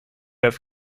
have